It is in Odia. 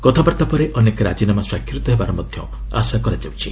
କଥାବାର୍ତ୍ତା ପରେ ଅନେକ ରାଜିନାମା ସ୍ୱାକ୍ଷରିତ ହେବାର ଆଶା କରାଯାଉଛି